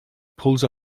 pulls